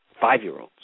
five-year-olds